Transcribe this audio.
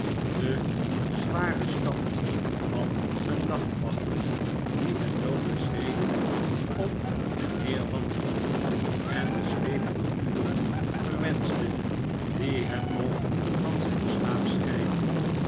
den zwaren stap van een nachtwacht die met loome schreden op en neer wandelde en de slepende uren verwenschte die hem nog van zijn slaap scheidden